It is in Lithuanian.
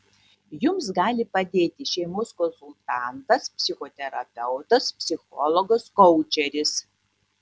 jums gali padėti šeimos konsultantas psichoterapeutas psichologas koučeris